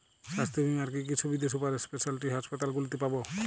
স্বাস্থ্য বীমার কি কি সুবিধে সুপার স্পেশালিটি হাসপাতালগুলিতে পাব?